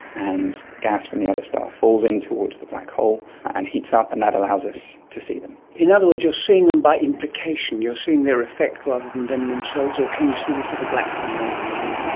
and gas from the other star falls in towards the black hole and heats up and that allows us to see them. in other words, you are seeing them by implication, you are seeing their effect rather than them themselves, or can you see this little black thing wandering around?